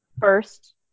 first